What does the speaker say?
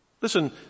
Listen